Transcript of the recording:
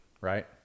right